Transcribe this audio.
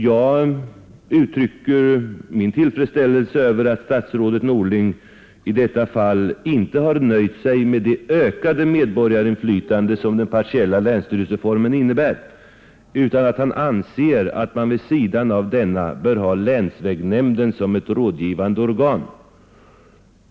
Jag uttrycker min tillfredsställelse över att statsrådet Norling i detta fall inte nöjt sig med det ökade medborgarinflytande som den partiella länsstyrelsereformen innebär utan anser att man vid sidan av denna bör ha länsvägnämnder som ett rådgivande organ.